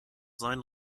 sein